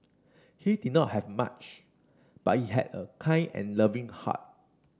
he did not have much but he had a kind and loving heart